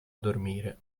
dormire